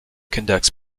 conducts